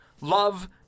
love